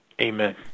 Amen